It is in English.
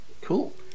cool